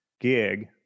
gig